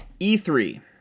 E3